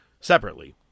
separately